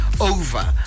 over